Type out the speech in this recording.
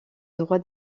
droits